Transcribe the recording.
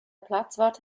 platzwart